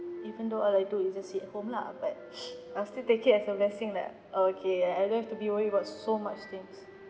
even though all I do is just sit at home lah but I still take it as a blessing like okay I don't have to be worried about so much things